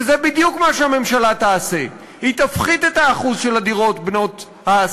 שזה בדיוק מה שהממשלה תעשה: היא תפחית את האחוז של הדירות בנות-ההשגה.